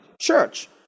church